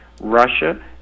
Russia